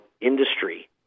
industry